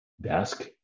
desk